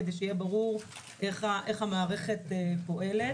כדי שיהיה ברור איך המערכת פועלת.